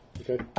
Okay